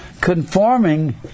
Conforming